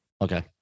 Okay